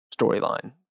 storyline